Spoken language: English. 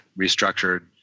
restructured